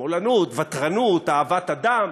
שמאלנות, ותרנות, אהבת אדם,